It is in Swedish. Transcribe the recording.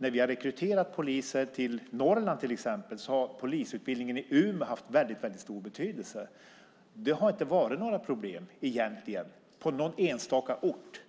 När vi rekryterat poliser till Norrland har polisutbildningen i Umeå haft stor betydelse. Det har inte varit några egentliga problem utom på någon enstaka ort.